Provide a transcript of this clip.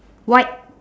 white